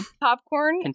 Popcorn